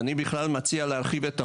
אני בכלל מציע להרחיב את החוק,